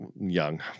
young